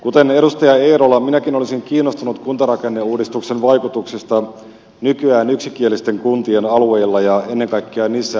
kuten edustaja eerola minäkin olisin kiinnostunut kuntarakenneuudistuksen vaikutuksista nykyään yksikielisten kuntien alueilla ennen kaikkea niissä asuviin ihmisiin